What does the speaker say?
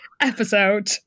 episode